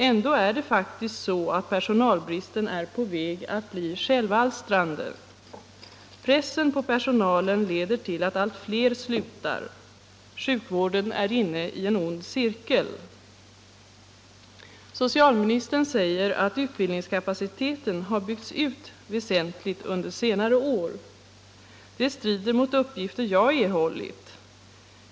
Ändå är det faktiskt så att personalbristen är på väg att bli självalstrande. Pressen på personalen leder till att allt fler slutar. Sjukvården är inne i en ond cirkel. Socialministern säger att utbildningskapaciteten har byggts ut väsentligt under senare år. Det strider mot de uppgifter jag erhållit.